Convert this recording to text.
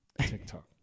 TikTok